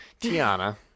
Tiana